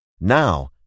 Now